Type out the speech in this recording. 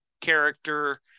character